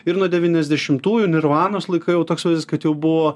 ir nuo devyniasdešimtųjų nirvanos laikai jau toks kad jau buvo